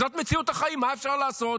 זו מציאות החיים, מה אפשר לעשות.